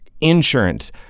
insurance